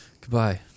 Goodbye